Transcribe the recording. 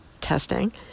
testing